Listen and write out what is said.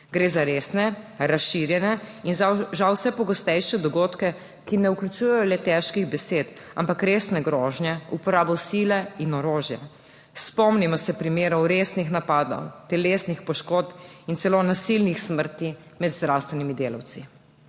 Gre za resne, razširjene in žal vse pogostejše dogodke, ki ne vključujejo le težkih besed, ampak resne grožnje, uporabo sile in orožja. Spomnimo se primerov resnih napadov, telesnih poškodb in celo nasilnih smrti med zdravstvenimi delavci.